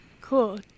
cool